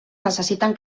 necessiten